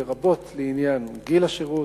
לרבות לעניין גיל השירות,